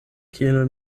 kiel